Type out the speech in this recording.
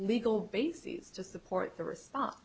legal bases to support the response